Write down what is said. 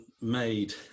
made